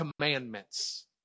commandments